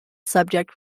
subject